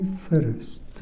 first